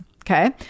okay